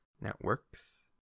Networks